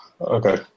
Okay